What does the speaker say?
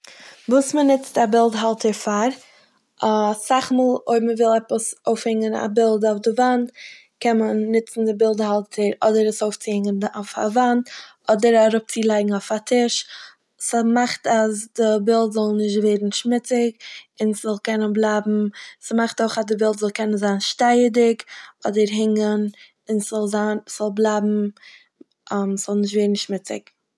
וואס מ'נוצט א בילד האלטער פאר. אסאך מאל אויב מ'וויל עפעס אויפהענגן א בילד אויף די וואנט קען מען נוצן די בילד האלטער אדער ארויפצולייגן אויף א וואנט, אדער אראפצולייגן אויף א טיש. ס'מאכט אז די בילד זאל נישט ווערן שמוציג און ס'זאל קענען בלייבן- ס'מאכט אויך אז די בילד זאל קענען זיין שטייעדיג אדער הענגן, און ס'זאל זיין- ס'זאל בלייבן- ס'זאל נישט ווערן שמוציג.